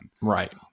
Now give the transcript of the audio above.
Right